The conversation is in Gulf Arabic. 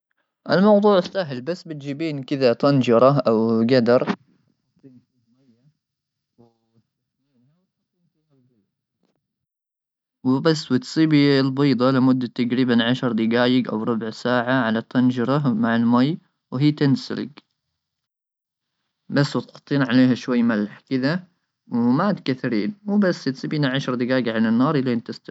الموضوع سهل بس بتجيبين كذا طنجره او قدر وتحميلها وتحطين فيها وبس وتصيب البيضه لمده تقريبا عشر دقائق او ربع ساعه على الطنجره مع المي وهي تنسرق بس وتحطين عليها شوي ملح كذا وما تكثرين مو بس تبيني عشر دقائق على النار